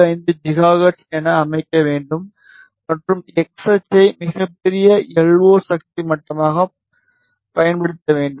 75 gigahertz என அமைக்க வேண்டும் மற்றும் எக்ஸ் அச்சை மிகப் பெரிய எல்ஓ சக்தி மட்டமாகப் பயன்படுத்த வேண்டும்